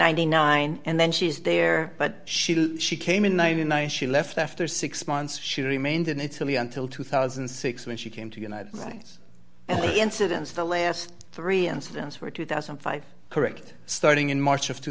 ninety nine and then she's there but she she came in ninety nine she left after six months she remained in italy until two thousand and six when she came to united states incidents the last three incidents were two thousand and five correct starting in march of two